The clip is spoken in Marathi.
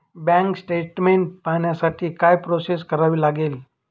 बँक स्टेटमेन्ट पाहण्यासाठी काय प्रोसेस करावी लागेल?